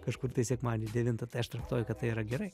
kažkur tai sekmadienį devintą tai aš traktuoju kad tai yra gerai